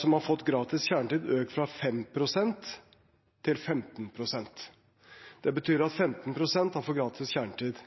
som har fått gratis kjernetid, økt fra 5 pst. til 15 pst. Det betyr at 15 pst. har fått gratis kjernetid.